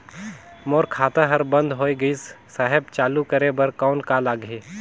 मोर खाता हर बंद होय गिस साहेब चालू करे बार कौन का लगही?